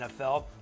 NFL